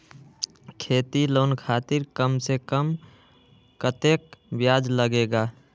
खेती लोन खातीर कम से कम कतेक ब्याज लगेला?